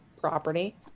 property